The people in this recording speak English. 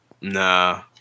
Nah